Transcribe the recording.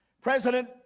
President